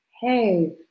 hey